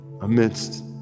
Amidst